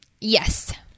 Yes